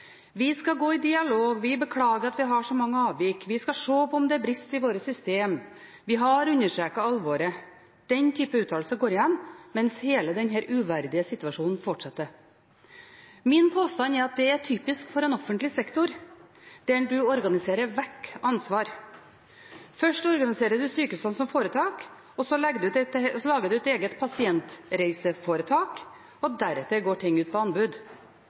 vi skal gå i dialog, vi beklager at vi har så mange avvik, vi skal se på om det er brist i vårt system, vi har understreket alvoret. Den typen uttalelser går igjen, mens hele denne uverdige situasjonen fortsetter. Min påstand er at dette er typisk for en offentlig sektor der man organiserer vekk ansvar. Først organiserer man sykehusene som foretak, og så lager man et eget pasientreiseforetak, og deretter går ting ut på anbud.